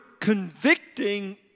convicting